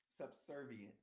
subservient